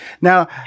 Now